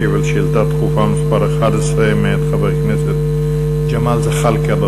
השר ישיב על שאילתה דחופה מס' 11 מאת ג'מאל זחאלקה,